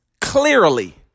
Clearly